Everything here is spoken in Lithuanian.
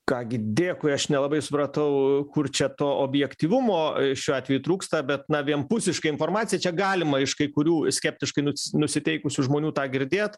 ką gi dėkui aš nelabai supratau kur čia to objektyvumo šiuo atveju trūksta bet na vienpusiška informacija čia galima iš kai kurių skeptiškai nu nusiteikusių žmonių tą girdėt